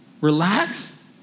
Relax